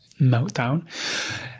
meltdown